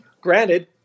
Granted